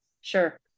Sure